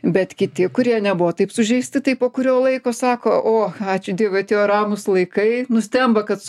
bet kiti kurie nebuvo taip sužeisti tai po kurio laiko sako o ačiū dievui atėjo ramūs laikai nustemba kad su